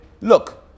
Look